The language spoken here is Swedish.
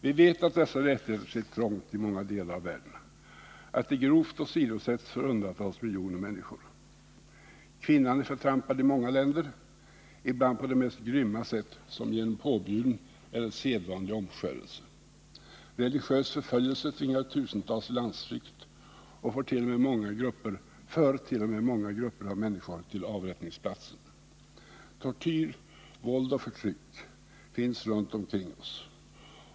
Vi vet att dessa rättigheter sitter trångt i många delar av världen, att de grovt åsidosätts för hundratals miljoner människor. Kvinnan är förtrampad i många länder — ibland på det mest grymma sätt, såsom genom påbjuden eller sedvanlig omskärelse. Religiös förföljelse tvingar tusentals i landsflykt och för t.o.m. många grupper av människor till avrättningsplatsen. Tortyr, våld och förtryck finns runt omkring oss.